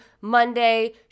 Monday